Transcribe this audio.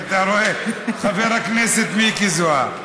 חבר הכנסת מיקי זוהר.